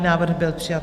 Návrh byl přijat.